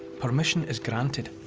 permission is granted.